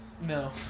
No